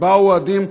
באו אוהדים,